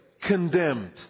condemned